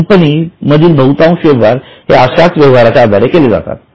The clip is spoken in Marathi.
कंपनी मधील बहुतांश व्यवहार हे अश्याच व्यवहाराच्या आधारे केलेले असतात